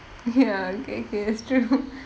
ya okay okay that's true